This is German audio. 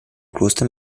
kloster